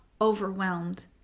overwhelmed